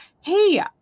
hey